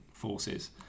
Forces